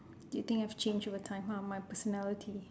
do you think I have changed over time ah my personality